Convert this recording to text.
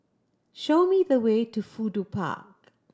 show me the way to Fudu Park